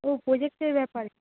ও প্রোজেক্টের ব্যাপারে